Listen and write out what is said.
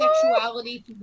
sexuality